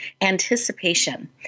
anticipation